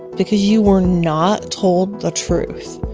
because you were not told the truth,